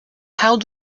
how